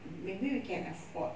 maybe we can afford